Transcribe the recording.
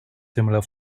similar